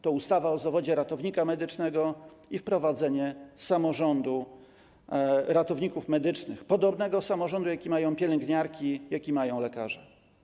To ustawa o zawodzie ratownika medycznego i wprowadzenie samorządu ratowników medycznych, podobnego do tego, jaki mają pielęgniarki i lekarze.